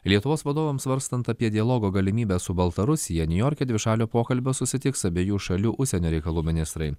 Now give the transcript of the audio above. lietuvos vadovams svarstant apie dialogo galimybę su baltarusija niujorke dvišalio pokalbio susitiks abiejų šalių užsienio reikalų ministrai